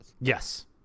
Yes